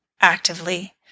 actively